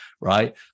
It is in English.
right